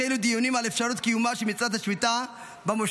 החלו דיונים על אפשרות קיומה של מצוות השמיטה במושבות.